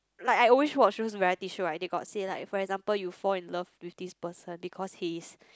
like I always watch shows variety right they got say like for example you fall in love with this person because he is